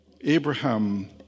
Abraham